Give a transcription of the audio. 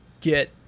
get